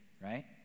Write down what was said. right